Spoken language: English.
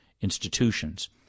institutions